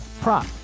prop